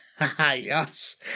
Yes